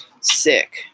sick